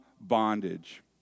bondage